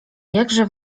jakże